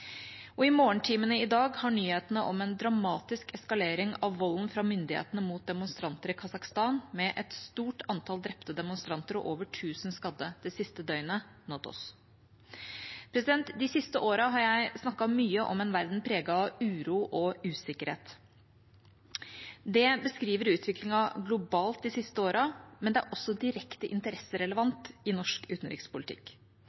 Og i morgentimene i dag har nyhetene om en dramatisk eskalering av volden fra myndighetene mot demonstranter i Kasakhstan, med et stort antall drepte demonstranter og over 1 000 skadde det siste døgnet, nådd oss. De siste årene har jeg snakket mye om en verden preget av uro og usikkerhet. Det beskriver utviklingen globalt de siste årene, men det er også direkte